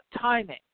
timing